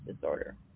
disorder